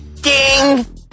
Ding